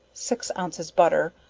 six ounces butter,